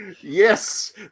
Yes